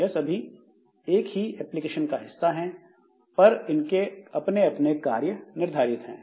यह सभी एक ही एप्लीकेशन का हिस्सा है पर इनके अपने अपने कार्य निर्धारित हैं